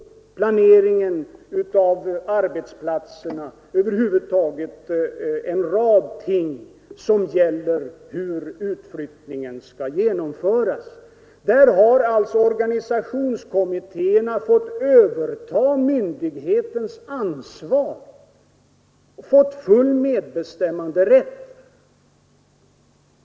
Det gäller planeringen av arbetsplatserna, lokalerna, personaladministrationen, över huvud taget en rad ting som har samband med hur utflyttningen skall genomföras. Där har alltså organisationskommittéerna fått överta myndighetens ansvar, fått full medbestämmanderätt.